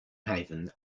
haven